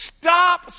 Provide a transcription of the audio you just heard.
Stop